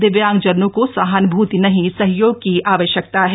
दिव्यांगजनों को सहान्भूति नहीं सहयोग की आवश्यकता है